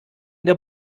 der